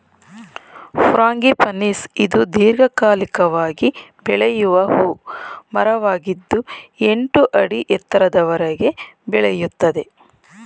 frangipanis ಇದು ದೀರ್ಘಕಾಲಿಕವಾಗಿ ಬೆಳೆಯುವ ಹೂ ಮರವಾಗಿದ್ದು ಎಂಟು ಅಡಿ ಎತ್ತರದವರೆಗೆ ಬೆಳೆಯುತ್ತದೆ